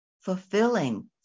fulfilling